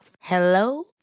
Hello